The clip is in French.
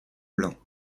blancs